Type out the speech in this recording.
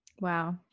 wow